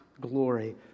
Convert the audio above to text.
glory